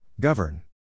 Govern